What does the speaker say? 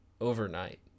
overnight